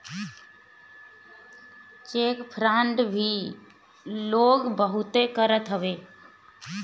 check fraud भी लोग बहुते करत हवे